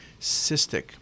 Cystic